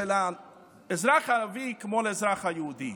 של האזרח הערבי כמו לאזרח היהודי.